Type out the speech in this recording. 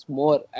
more